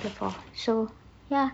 before so ya